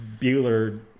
Bueller